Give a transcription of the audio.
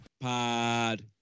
Pod